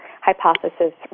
hypothesis